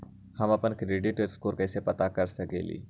हम अपन credit score कैसे पता कर सकेली?